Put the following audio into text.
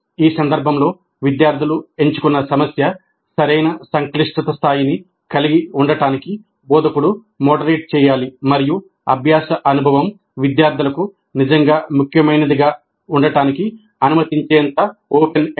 ఈ సందర్భంలో విద్యార్థులు ఎంచుకున్న సమస్య సరైన సంక్లిష్టత స్థాయిని కలిగి ఉండటానికి బోధకుడు మోడరేట్ చేయాలి మరియు అభ్యాస అనుభవం విద్యార్థులకు నిజంగా ముఖ్యమైనదిగా ఉండటానికి అనుమతించేంత ఓపెన్ ఎండ్